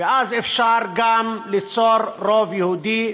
ואז אפשר גם ליצור רוב יהודי,